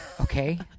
Okay